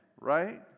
Right